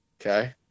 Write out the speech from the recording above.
Okay